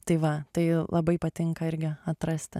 tai va tai labai patinka irgi atrasti